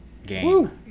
game